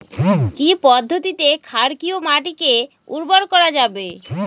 কি পদ্ধতিতে ক্ষারকীয় মাটিকে উর্বর করা যাবে?